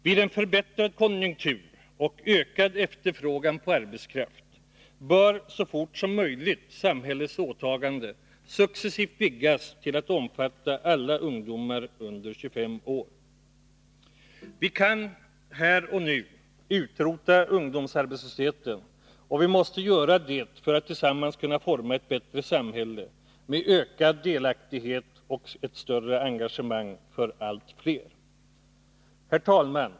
Vid en förbättrad konjunktur och ökad efterfrågan på arbetskraft bör så fort som möjligt samhällets åtagande successivt vidgas till att omfatta alla ungdomar under 25 år. Vi kan — här och nu - utrota ungdomsarbetslösheten, och vi måste göra det för att tillsammans kunna forma ett bättre samhälle, med ökad delaktighet och ett större engagemang för allt fler. Herr talman!